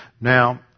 Now